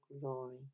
glory